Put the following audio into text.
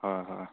হয় হয়